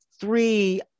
three